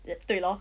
uh 对咯